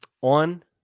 On